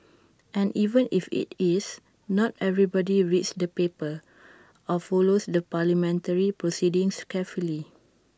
and even if IT is not everybody reads the papers or follows the parliamentary proceedings carefully